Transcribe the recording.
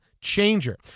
changer